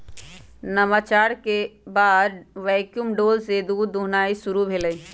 नवाचार के बाद वैक्यूम डोल से दूध दुहनाई शुरु भेलइ